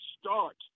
start